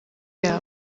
yabo